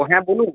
হ্যাঁ বলুন